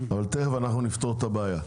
תכף נפתור את הבעיה.